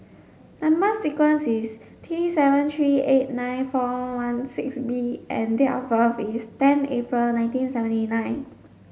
number sequence is T seven three eight nine four one six B and date of birth is ten April nineteen seventy nine